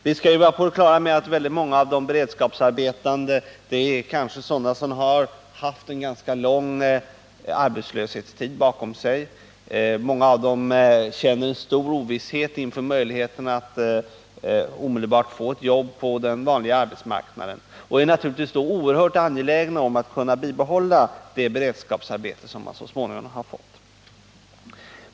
Vi bör ha klart för oss att många av de beredskapsarbetande kanske har en ganska lång arbetslöshetstid bakom sig och att många av dem känner stor ovisshet om möjligheterna att omedelbart få ett jobb på den vanliga arbetsmarknaden. De är naturligtvis då oerhört angelägna om att kunna behålla det beredskapsarbete som de så småningom har fått.